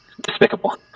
despicable